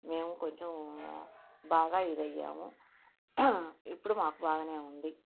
మేము కొంచెం బాగా ఇది అయ్యాము ఇప్పుడు మాకు బాగానే ఉంది